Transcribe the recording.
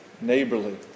neighborly